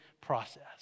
process